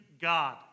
God